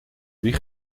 wie